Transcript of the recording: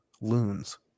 loons